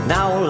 Now